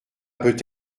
peut